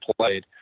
played